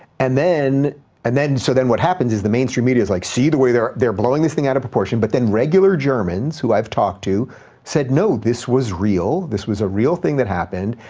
and then and then so then what happened is the mainstream media is like, see the way they're they're blowing this thing out of proportion, but then regular germans who i've talked to said, no, this was real. this was a real thing that happened.